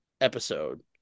episode